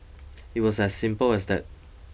it was as simple as that